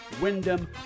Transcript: wyndham